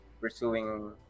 pursuing